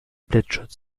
blitzschutz